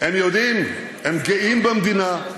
הם יודעים, הם גאים במדינה, כמו